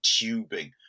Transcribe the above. tubing